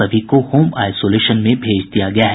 सभी को home isolation में भेज दिया गया है